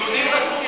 יהודים רצחו,